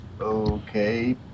Okay